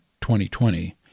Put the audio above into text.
2020